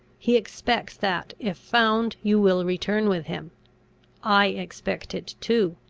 he expects that, if found, you will return with him i expect it too.